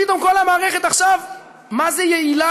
פתאום כל המערכת עכשיו מה זה יעילה,